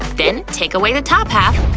then take away the top half.